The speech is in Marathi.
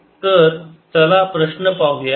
तर चला प्रश्न पाहूया